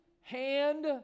hand